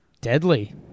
Deadly